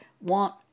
want